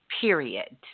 Period